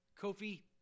Kofi